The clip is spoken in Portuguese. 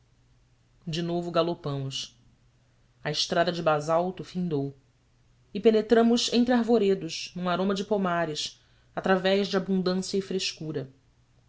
de novo galopamos a estrada de basalto findou e penetramos entre arvoredos num aroma de pomares através de abundância e frescura